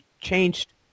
changed